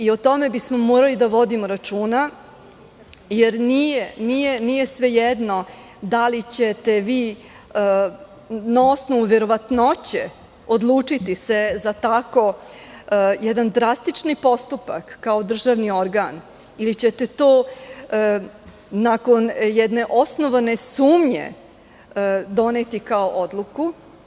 O tome bismo morali da vodimo računa, jer nije svejedno da li ćete se vi na osnovu verovatnoće odlučiti za tako jedan drastični postupak kao državni organ ili ćete to nakon jedne osnovane sumnje doneti kao odluku.